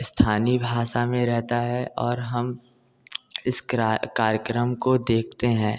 स्थानीय भाषा में रहता है और हम इस कार्यक्रम को देखते हैं